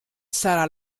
sarà